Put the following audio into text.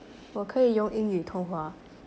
我可以用英语通话